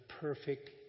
perfect